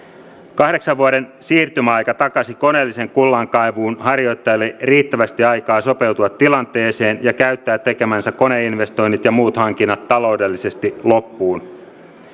kahdeksan vuoden siirtymäaika takasi koneellisen kullankaivuun harjoittajille riittävästi aikaa sopeutua tilanteeseen ja käyttää tekemänsä koneinvestoinnit ja muut hankinnat taloudellisesti loppuun